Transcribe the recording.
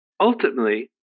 Ultimately